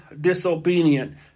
disobedient